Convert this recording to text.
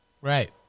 Right